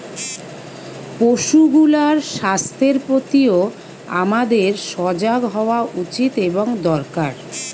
পশুগুলার স্বাস্থ্যের প্রতিও আমাদের সজাগ হওয়া উচিত এবং দরকার